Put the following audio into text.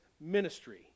ministry